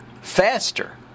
faster